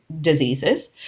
diseases